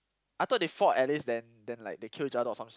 I thought they fought Alice then then like they killed each other or some s~